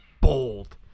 bold